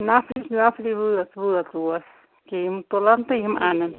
نفری نفری وٲژ وٲژ اور یٔکیٛاہ یِم تُلَن تہٕ یِم اَنَن